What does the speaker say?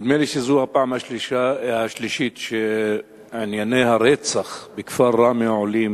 נדמה לי שזוהי הפעם השלישית שענייני הרצח בכפר ראמה עולים